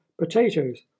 potatoes